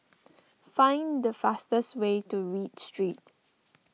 find the fastest way to Read Street